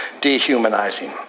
dehumanizing